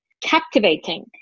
captivating